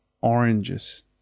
oranges